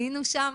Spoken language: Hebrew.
היינו שם,